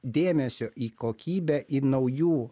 dėmesio į kokybę į naujų